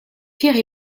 pierre